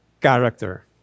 character